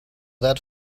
that